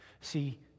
See